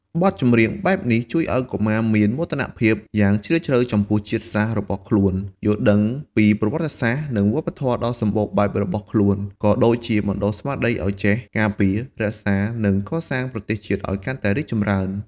បទចម្រៀងបែបនេះជួយឲ្យកុមារមាន មោទនភាព យ៉ាងជ្រាលជ្រៅចំពោះជាតិសាសន៍របស់ខ្លួន យល់ដឹងពី ប្រវត្តិសាស្រ្ត និងវប្បធម៌ ដ៏សម្បូរបែបរបស់ខ្លួន ក៏ដូចជាបណ្ដុះស្មារតីឲ្យចេះ ការពារ រក្សា និង កសាងប្រទេសជាតិ ឲ្យកាន់តែរីកចម្រើន។